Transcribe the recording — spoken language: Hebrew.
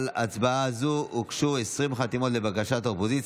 אני קובע שההצעה להצביע אי-אמון בממשלה של סיעת המחנה הממלכתי אף היא